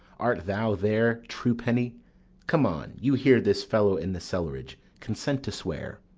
art thou there, truepenny come on you hear this fellow in the cellarage consent to swear.